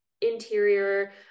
interior